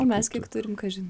o mes kiek turim kažin